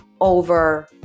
over